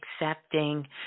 accepting